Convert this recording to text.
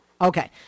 Okay